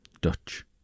Dutch